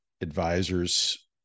advisors